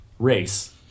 Race